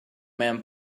men